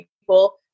people